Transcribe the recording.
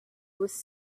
was